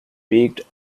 peaked